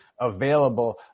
available